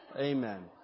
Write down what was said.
Amen